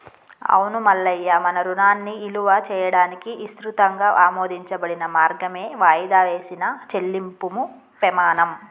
అవును మల్లయ్య మన రుణాన్ని ఇలువ చేయడానికి ఇసృతంగా ఆమోదించబడిన మార్గమే వాయిదా వేసిన చెల్లింపుము పెమాణం